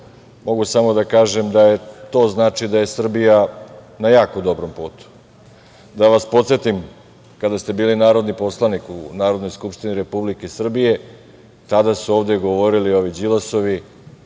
mogu samo da kažem da to znači da je Srbija na jako dobrom putu. Da vas podsetim, kada ste bili narodni poslanik u Narodnoj skupštini Republike Srbije, tada su ovde govorili ovi Đilasovi,